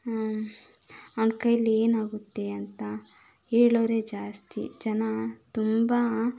ಅವ್ನ ಕೈಲೇನು ಆಗುತ್ತೆ ಅಂತ ಹೇಳೋರೆ ಜಾಸ್ತಿ ಜನ ತುಂಬ